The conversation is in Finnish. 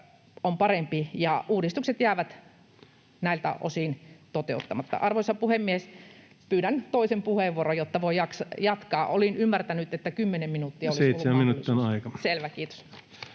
on parempi ja uudistukset jäävät näiltä osin toteuttamatta. Arvoisa puhemies, pyydän toisen puheenvuoron, jotta voi jatkaa. Olin ymmärtänyt, että 10 minuuttia olisi ollut mahdollista. Selvä, kiitos.